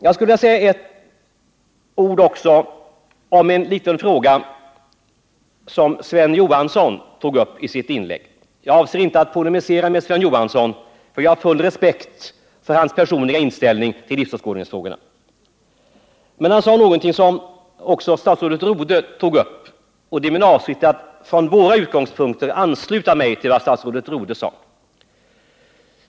Jag skulle vilja säga ett par ord också om en fråga som Sven Johansson tog uppi sitt inlägg. Jag avser inte att polemisera med Sven Johansson, för jag har full respekt för hans personliga inställning till livsåskådningsfrågorna, men han sade någonting som också statsrådet Rodhe berörde, och det är min avsikt att från våra utgångspunkter ansluta mig till vad statsrådet sade.